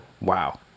Wow